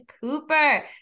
cooper